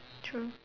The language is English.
true